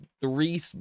three